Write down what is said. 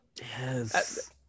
Yes